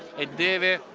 a day.